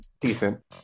Decent